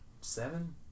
Seven